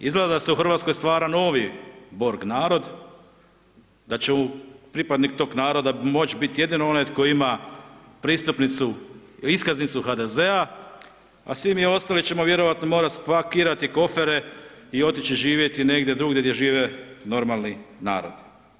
Izgleda se u Hrvatskoj stvara novi Borg narod, da će pripadnik tog naroda moć bit jedino onaj koji ima iskaznicu HDZ-a, a svi mi ostali ćemo vjerojatno morati spakirati kofere i otići živjeti negdje drugdje gdje žive normalni narodi.